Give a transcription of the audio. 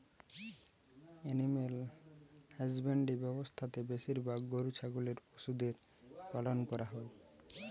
animal husbandry ব্যবসা তে বেশিরভাগ গরু ছাগলের পশুদের পালন করা হই